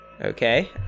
Okay